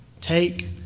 Take